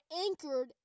anchored